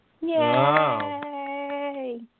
Yay